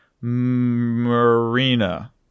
Marina